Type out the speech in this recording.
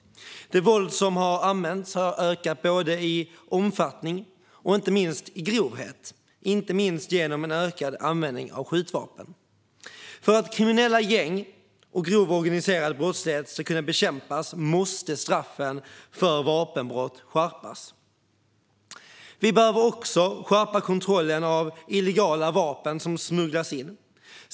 Det våld som har använts har ökat i både omfattning och inte minst grovhet, i synnerhet genom en ökad användning av skjutvapen. För att kriminella gäng och grov organiserad brottslighet ska kunna bekämpas måste straffen för vapenbrott skärpas. Vi behöver också skärpa kontrollen av illegala vapen som smugglas in.